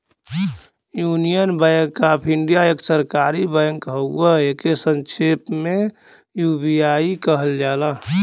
union Bank of India एक सरकारी bank हउवे एके संक्षेप में यू.बी.आई कहल जाला